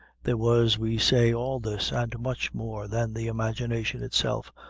there was, we say, all this, and much more than the imagination itself,